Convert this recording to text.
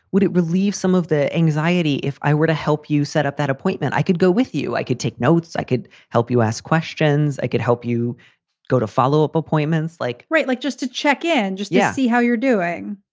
would it relieve some of the anxiety if i were to help you set up that appointment? i could go with you. i could take notes. i could help you ask questions. i could help you go to follow up appointments. like. right. like just to check in. just yeah see how you're doing.